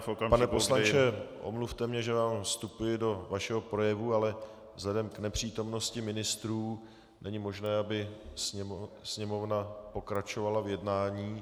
Pane poslanče, omluvte mě, že vám vstupuji do vašeho projevu, ale vzhledem k nepřítomnosti ministrů není možné, aby Sněmovna pokračovala v jednání.